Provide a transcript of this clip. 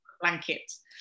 blankets